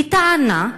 בטענה,